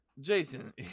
Jason